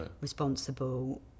responsible